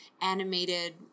animated